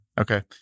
Okay